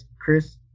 Chris